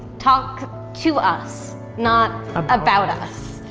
talk to us, not about us.